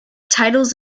titles